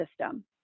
system